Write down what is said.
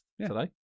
today